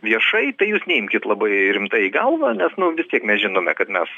viešai tai jūs neimkit labai rimtai į galvą nes nu vis tiek mes žinome kad mes